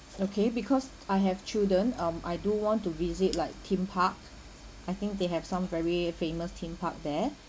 okay because I have children um I do want to visit like theme park I think they have some very famous theme park there